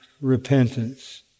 repentance